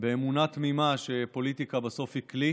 באמונה תמימה שפוליטיקה בסוף היא כלי